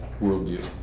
worldview